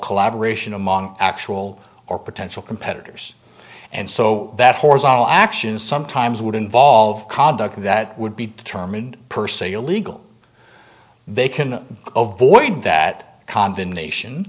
collaboration among actual or potential competitors and so that horizontal actions sometimes would involve conduct that would be determined per se illegal they can ovoid